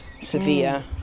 severe